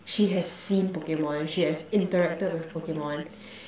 she has seen Pokemon she has interacted with Pokemon